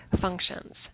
functions